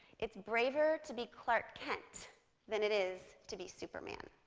it's braver to be clark kent than it is to be superman.